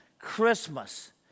Christmas